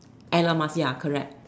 Elon-Musk ya correct